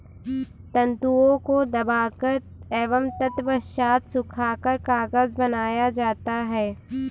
तन्तुओं को दबाकर एवं तत्पश्चात सुखाकर कागज बनाया जाता है